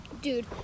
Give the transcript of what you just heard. Dude